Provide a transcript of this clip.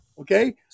okay